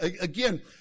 Again